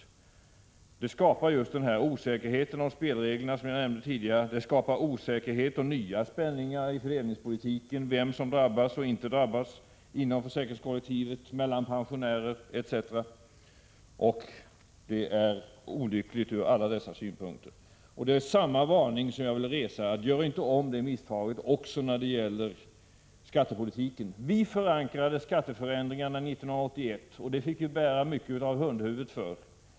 Förslaget skapar just den osäkerhet om spelreglerna som jag nämnde tidigare. Det skapar osäkerhet och nya spänningar i fördelningspolitiken — när det gäller vem som drabbas och inte drabbas inom försäkringskollektivet, när det gäller förhållandet mellan pensionärer, etc. Förslaget är olyckligt ur alla dessa synpunkter. Det är samma varning som jag vill upprepa: Gör inte om det misstaget också när det gäller skattepolitiken! Vi förankrade skatteförändringarna 1981, och vi fick bära mycket av hundhuvudet för det.